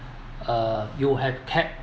uh you have kept